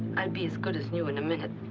i'll be as good as new in a minute.